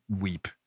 weep